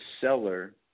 seller